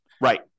Right